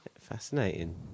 Fascinating